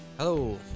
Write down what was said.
Hello